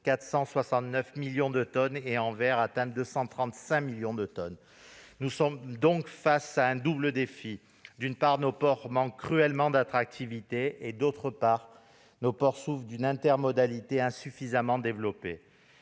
469 millions de tonnes, et Anvers 235 millions de tonnes. Nous sommes donc face à un double défi : d'une part, nos ports manquent cruellement d'attractivité ; d'autre part, ils souffrent d'une intermodalité insuffisamment développée.